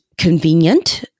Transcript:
convenient